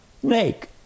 snake